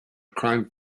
crime